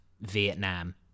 Vietnam